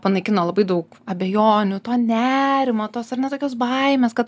panaikino labai daug abejonių to nerimo tos ar ne tokios baimės kad